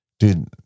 Dude